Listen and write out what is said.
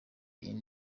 indi